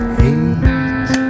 hate